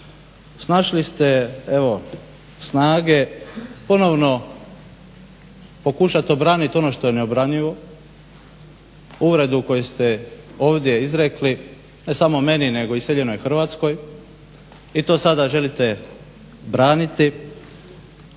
Snašli ste evo snage ponovno pokušat obranit ono što je neobranivo. Uvredu koju ste ovdje izrekli ne samo meni nego i iseljenoj Hrvatskoj i to sada želite braniti.